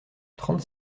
trente